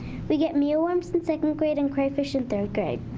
we get mealworms in second grade and crayfish in third grade.